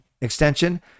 Extension